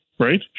right